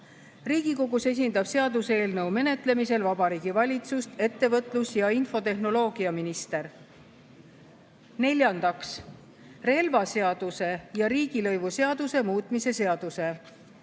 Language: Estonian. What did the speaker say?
Riigikogus esindab seaduseelnõu menetlemisel Vabariigi Valitsust ettevõtlus‑ ja infotehnoloogiaminister. Neljandaks, relvaseaduse ja riigilõivuseaduse muutmise seaduse